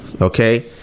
Okay